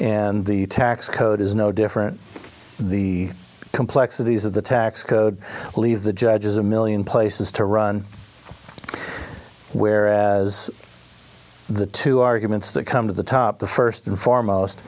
and the tax code is no different the complexities of the tax code leave the judges a million places to run whereas the two arguments that come to the top the first and foremost